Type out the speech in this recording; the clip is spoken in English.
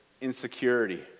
insecurity